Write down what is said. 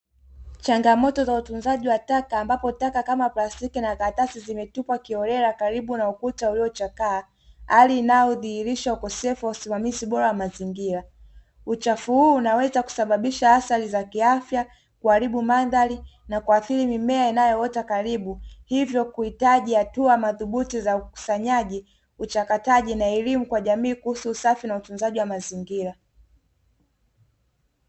Changamoto za utunzaji wa taka, ambapo taka kama plastiki na karatasi. Zimetupwa kiholela karibu na ukuta uliochakaa, hali inayodhihirisha ukosefu wa usimamizi bora wa mazingira. Uchafu huu unaweza kusababisha athari za kiafya, kuharibu mandhari na kuathiri mimea inayoota karibu. Hivyo kuhitaji hatua madhubuti za ukusanyaji, uchakataji na elimu kwa jamii kuhusu usafi na utunzaji wa mazingira.